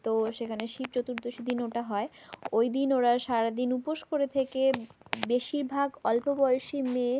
তো সেখানে শিব চতুর্দশীর দিনও ওটা হয় ওই দিন ওরা সারাদিন উপোষ করে থেকে বেশিরভাগ অল্পবয়সী মেয়ে